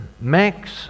Max